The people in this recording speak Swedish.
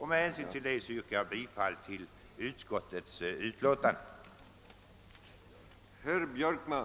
Med hänsyn till det yrkar jag bifall till utskottets förslag.